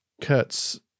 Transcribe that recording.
kurtz